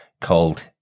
called